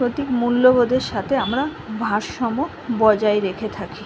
প্রতি মূল্যবোধের সাথে আমরা ভারসাম্য বজায় রেখে থাকি